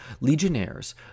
legionnaires